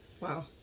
Wow